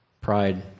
Pride